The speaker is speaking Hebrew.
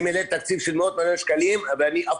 אני מלא תקציב של מאות מיליוני שקלים ואני אף